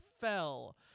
Fell